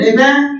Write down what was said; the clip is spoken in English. Amen